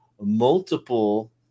multiple